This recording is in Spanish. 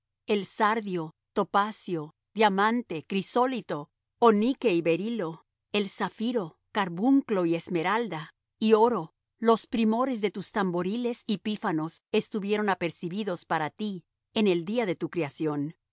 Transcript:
el sardio topacio diamante crisólito onique y berilo el zafiro carbunclo y esmeralda y oro los primores de tus tamboriles y pífanos estuvieron apercibidos para ti en el día de tu creación